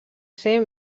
ser